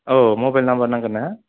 औ mobile number नांगोन ना